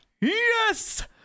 Yes